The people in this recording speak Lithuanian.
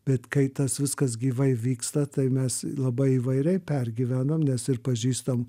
bet kai tas viskas gyvai vyksta tai mes labai įvairiai pergyvenam nes ir pažįstam